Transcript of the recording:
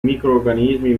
microrganismi